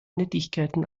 nettigkeiten